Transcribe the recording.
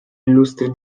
illustri